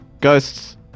Ghosts